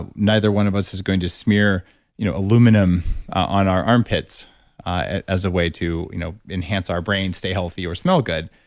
neither one of us is going to smear you know aluminum on our armpits as a way to you know enhance our brain stay healthy or smell good,